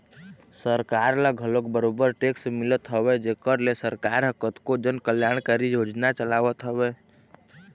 सरकार ल घलोक बरोबर टेक्स मिलत हवय जेखर ले सरकार ह कतको जन कल्यानकारी योजना चलावत हवय